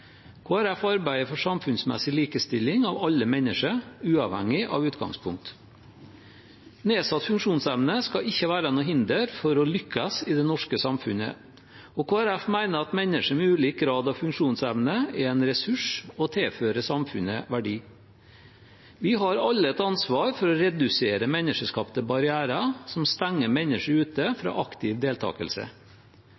arbeider for samfunnsmessig likestilling av alle mennesker, uavhengig av utgangspunkt. Nedsatt funksjonsevne skal ikke være noe hinder for å lykkes i det norske samfunnet, og Kristelig Folkeparti mener at mennesker med ulik grad av funksjonsevne er en ressurs og tilfører samfunnet verdi. Vi har alle et ansvar for å redusere menneskeskapte barrierer som stenger mennesker ute